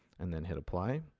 and then hit apply.